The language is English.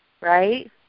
right